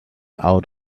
out